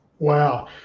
wow